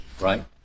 right